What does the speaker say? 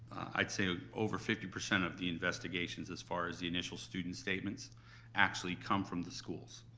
i'd say over fifty percent of the investigations as far as the initial student statements actually come from the schools.